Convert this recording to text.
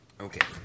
Okay